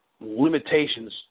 limitations